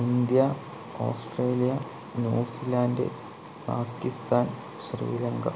India Australia New Zealand Pakistan Sri Lanka